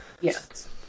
Yes